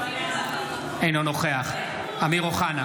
אינו נוכח אמיר אוחנה,